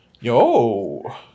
Yo